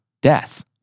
death